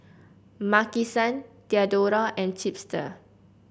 Maki San Diadora and Chipster